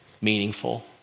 meaningful